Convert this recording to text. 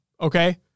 Okay